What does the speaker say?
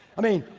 i mean,